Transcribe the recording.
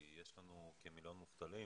יש לנו כמיליון מובטלים,